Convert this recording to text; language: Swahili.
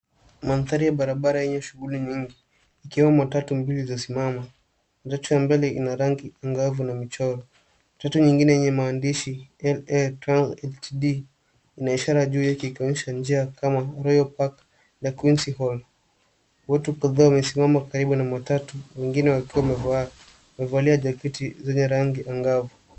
Mandhari ya barabara yenye shughuli nyingi ikiwa matatu mbili zimesimama. Matatu ya mbele ina rangi angavu na michoro. Matatu nyingine yenye maandishi LA Transport Ltd ina ishara juu yake ikionyeshana njia kama Royal Park na Quincy Hall. Watu kadhaa wamesimama karibu na matatu, wengine wakiwa wamevalia jaketi zenye rangi angavu.